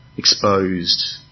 exposed